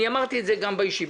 אמרתי את זה גם בישיבה,